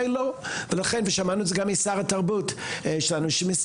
היא לא ולכן גם שמענו את זה גם משר התרבות שהוא מסתייג